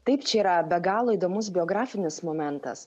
taip čia yra be galo įdomus biografinis momentas